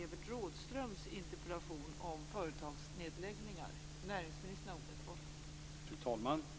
Tack!